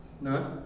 no